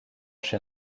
chez